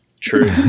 true